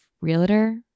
realtor